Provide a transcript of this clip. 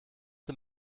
den